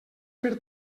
fer